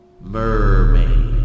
MERMAID